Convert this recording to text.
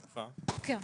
כן.